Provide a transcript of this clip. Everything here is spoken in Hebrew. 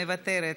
מוותרת,